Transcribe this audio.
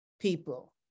people